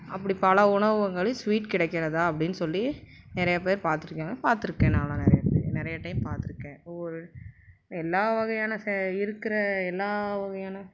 அப்படி பல உணவகங்கள் ஸ்வீட் கிடைக்குறதா அப்படின் சொல்லி நிறைய பேர் பார்த்துருக்காங்க பார்த்துருக்கேன் நான்லான் நிறையா பேர் நிறைய டைம் பார்த்துருக்கேன் ஒவ்வொரு எல்லா வகையான செ இருக்கிற எல்லா வகையான